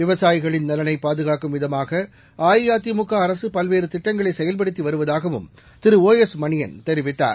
விவசாயிகளின் நலனை பாதுகாக்கும் விதமாக அஇஅதிமுக அரசு பல்வேறு திட்டங்களை செயல்படுத்தி வருவதாகவும் திரு ஓ எஸ் மணியன் தெரிவித்தார்